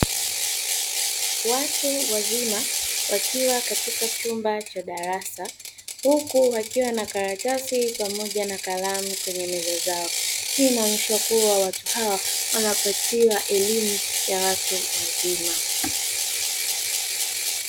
Watu wazima wakiwa katika chumba cha darasa huku wakiwa na karatasi pamoja na kalamu kwenye meza zao. Hii inaonyesha watu hawa wanapatiwa elimu ya watu wazima